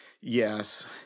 Yes